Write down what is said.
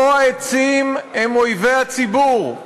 לא העצים הם אויבי הציבור.